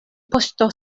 poŝto